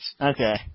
Okay